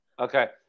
Okay